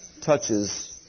touches